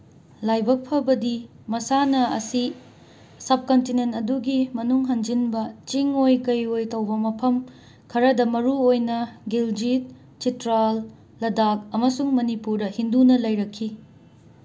ꯂꯥꯏꯕꯛ ꯐꯕꯗꯤ ꯃꯁꯥꯟꯅ ꯑꯁꯤ ꯁꯕ ꯀꯟꯇꯤꯅꯦꯠ ꯑꯗꯨꯒꯤ ꯃꯅꯨꯡ ꯍꯟꯖꯤꯟꯕ ꯆꯤꯡ ꯑꯣꯏ ꯀꯩ ꯑꯣꯏ ꯇꯧꯕ ꯃꯐꯝ ꯈꯔꯗ ꯃꯔꯨꯑꯣꯏꯅ ꯒꯤꯜꯖꯤꯠ ꯆꯤꯇ꯭ꯔꯥꯜ ꯂꯗꯥꯛ ꯑꯃꯁꯨꯡ ꯃꯅꯤꯄꯨꯔꯗ ꯍꯤꯟꯗꯨꯅ ꯂꯩꯔꯛꯈꯤ